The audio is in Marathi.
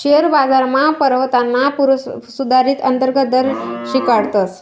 शेअर बाजारमा परतावाना सुधारीत अंतर्गत दर शिकाडतस